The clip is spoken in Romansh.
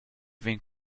vegn